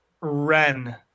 Ren